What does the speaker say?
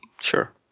Sure